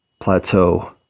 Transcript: plateau